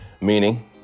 Meaning